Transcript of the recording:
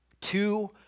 Two